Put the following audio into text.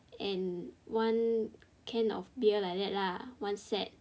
and one can of beer like that lah one set